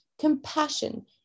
compassion